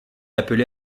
appelé